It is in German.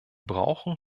brauchen